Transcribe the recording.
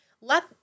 Let